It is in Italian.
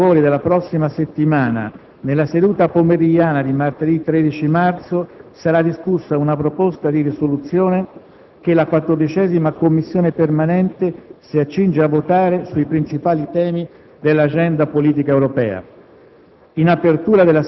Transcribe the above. Per quanto riguarda i lavori della prossima settimana, nella seduta pomeridiana di martedì 13 marzo sarà discussa una proposta di risoluzione che la 14a Commissione permanente si accinge a votare sui principali temi dell'Agenda politica europea.